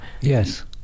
Yes